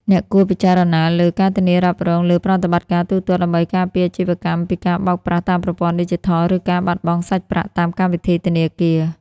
អ្នកគួរពិចារណាលើ ការធានារ៉ាប់រងលើប្រតិបត្តិការទូទាត់ ដើម្បីការពារអាជីវកម្មពីការបោកប្រាស់តាមប្រព័ន្ធឌីជីថល ឬការបាត់បង់សាច់ប្រាក់តាមកម្មវិធីធនាគារ។